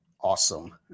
Awesome